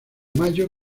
mayo